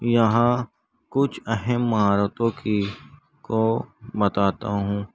یہاں کچھ اہم مہارتوں کی کو بتاتا ہوں